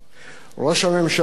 ראש הממשלה המנוח,